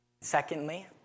Secondly